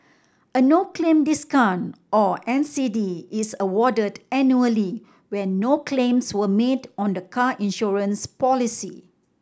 a no claim discount or N C D is awarded annually when no claims were made on the car insurance policy